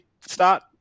start